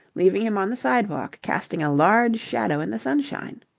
leaving him on the sidewalk casting a large shadow in the sunshine.